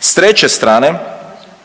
S treće strane